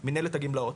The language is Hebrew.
מנהלת הגמלאות